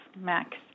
max